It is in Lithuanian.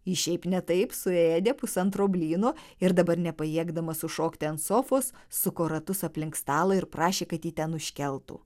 jis šiaip ne taip suėdė pusantro blyno ir dabar nepajėgdamas užšokti ant sofos suko ratus aplink stalą ir prašė kad jį ten užkeltų